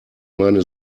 meine